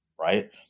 Right